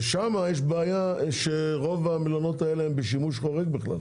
ושם יש בעיה שרוב המלונות האלה הם בשימוש חורג בכלל.